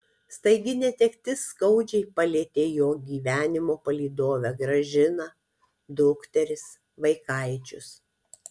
staigi netektis skaudžiai palietė jo gyvenimo palydovę gražiną dukteris vaikaičius